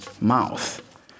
mouth